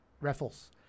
Raffles